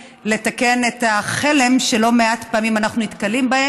לתקן את החלם שלא מעט פעמים אנחנו נתקלים בו,